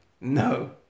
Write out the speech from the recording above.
No